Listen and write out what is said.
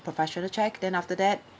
professional check then after that